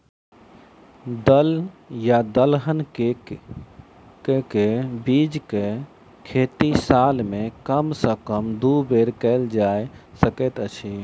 दल या दलहन केँ के बीज केँ खेती साल मे कम सँ कम दु बेर कैल जाय सकैत अछि?